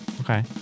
Okay